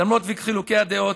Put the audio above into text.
למרות חילוקי הדעות,